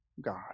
God